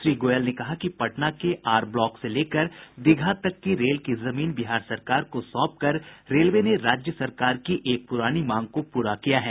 श्री गोयल ने कहा कि पटना के आर ब्लॉक से लेकर दीघा तक की रेल की जमीन बिहार सरकार को सौंपकर रेलवे ने राज्य सरकार की एक पुरानी मांग को पूरा किया है